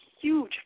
huge